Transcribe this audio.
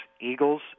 Eagles